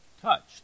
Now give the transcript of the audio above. touched